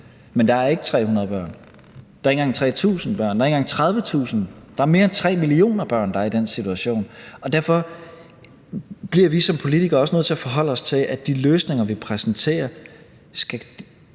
Men der er ikke 300 børn. Der er ikke engang 3.000 børn. Der er ikke engang 30.000. Der er mere end 3 millioner børn, der er i den situation, og derfor bliver vi som politikere også nødt til at forholde os til, at de løsninger, vi præsenterer, sagligt